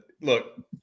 look